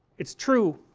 it's true